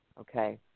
okay